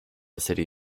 city